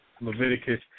Leviticus